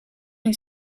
new